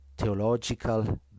Theological